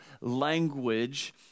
language